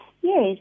Yes